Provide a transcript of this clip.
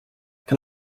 can